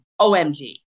OMG